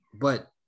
But-